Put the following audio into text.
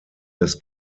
des